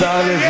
השר לוין.